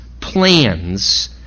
plans